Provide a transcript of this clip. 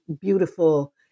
beautiful